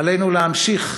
עלינו להמשיך